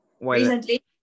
Recently